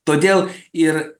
todėl ir